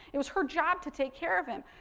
it was her job to take care of him.